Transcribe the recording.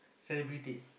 celebrity